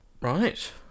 Right